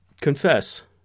confess